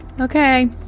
Okay